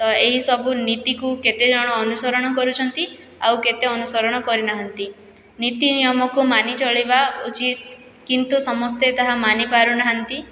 ତ ଏହିସବୁ ନିତିକୁ କେତେଜଣ ଅନୁସରଣ କରୁଛନ୍ତି ଆଉ କେତେ ଅନୁସରଣ କରିନାହାଁନ୍ତି ନିତି ହିଁ ଆମକୁ ମାନିଚଳିବା ଉଚିତ୍ କିନ୍ତୁ ସମସ୍ତେ ତାହା ମାନିପାରୁ ନାହାଁନ୍ତି